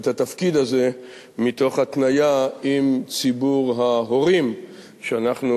את התפקיד הזה מתוך התניה עם ציבור ההורים שאנחנו